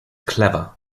clever